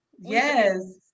Yes